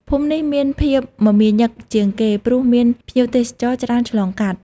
ភូមិនេះមានភាពមមាញឹកជាងគេព្រោះមានភ្ញៀវទេសចរច្រើនឆ្លងកាត់។